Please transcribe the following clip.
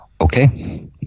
Okay